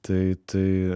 tai tai